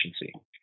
efficiency